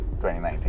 2019